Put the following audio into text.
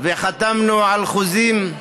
וחתמנו על חוזים,